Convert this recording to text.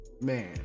man